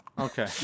Okay